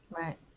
Right